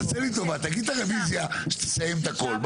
תעשה לי טובה, תגיד את הרביזיה כשתסיים את הכל.